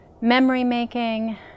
memory-making